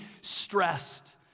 stressed